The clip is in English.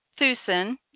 Thusen